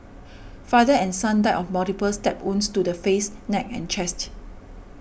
father and son died of multiple stab wounds to the face neck and chest